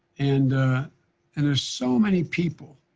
and and there's so many people